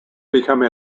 become